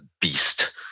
beast